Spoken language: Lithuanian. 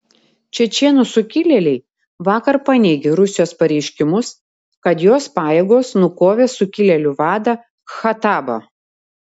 čečėnų sukilėliai vakar paneigė rusijos pareiškimus kad jos pajėgos nukovė sukilėlių vadą khattabą